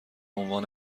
عنوان